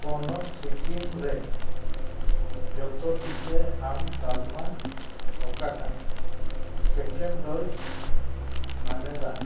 ᱯᱚᱱᱚᱛ ᱥᱤᱠᱤᱢ ᱨᱮ ᱡᱷᱚᱛᱚ ᱴᱤᱠᱟᱹ ᱮᱢ ᱛᱟᱞᱢᱟ ᱚᱠᱟᱴᱟᱜ ᱥᱮᱠᱮᱱᱰ ᱰᱳᱡᱽ ᱮᱢᱮᱫᱟ